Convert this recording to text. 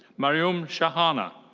marium shahana.